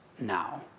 now